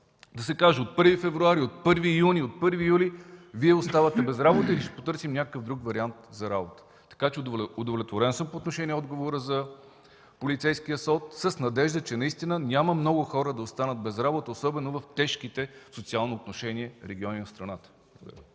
Да се каже: „От 1 февруари, от 1 юни, от 1 юли Вие оставате без работа или ще търсим друг вариант за работа”. Удовлетворен съм по отношение на отговора за полицейския СОД и съм с надежда, че няма много хора да останат без работа, особено в тежките в социално отношение региони от страната.